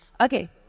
Okay